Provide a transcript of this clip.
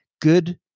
good